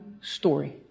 story